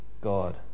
god